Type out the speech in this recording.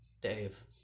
Dave